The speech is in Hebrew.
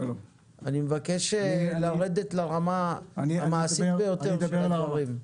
אני מבקש לרדת לרמה המעשית ביותר של הדברים.